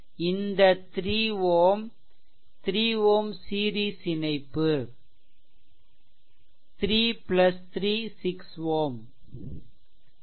இந்த 3 Ω 3 Ω சீரிஸ் இணைப்பு 33 6 Ω